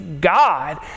God